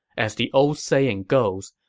as the old saying goes,